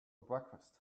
breakfast